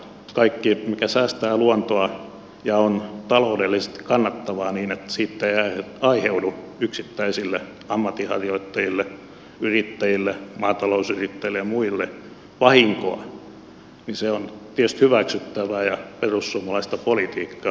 kaikki mikä säästää luontoa ja on taloudellisesti kannattavaa niin että siitä ei aiheudu yksittäisille ammatinharjoittajille yrittäjille maatalousyrittäjille ja muille vahinkoa se on tietysti hyväksyttävää ja perussuomalaista politiikkaa